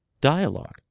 dialogue